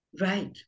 Right